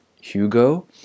Hugo